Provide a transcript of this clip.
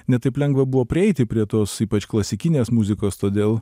ne taip lengva buvo prieiti prie tos ypač klasikinės muzikos todėl